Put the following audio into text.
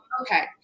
okay